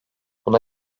buna